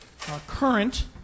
current